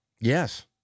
Yes